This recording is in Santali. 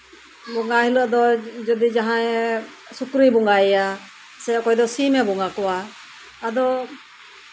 ᱵᱚᱸᱜᱟ ᱦᱤᱞᱳᱜ ᱫᱚ ᱥᱩᱠᱨᱤ ᱵᱚᱸᱜᱟᱭᱮᱭᱟ ᱚᱠᱚᱭ ᱫᱚ ᱥᱤᱢᱮ ᱵᱚᱸᱜᱟ ᱠᱮᱜ ᱠᱚᱣᱟ